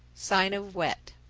sign of wet.